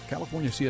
California